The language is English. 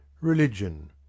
Religion